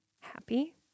happy